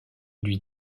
lui